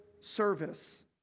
service